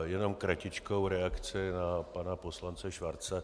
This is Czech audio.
Jenom kratičkou reakci na pana poslance Schwarze.